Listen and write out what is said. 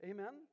Amen